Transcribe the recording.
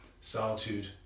solitude